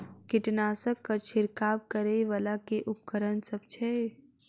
कीटनासक छिरकाब करै वला केँ उपकरण सब छै?